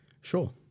Sure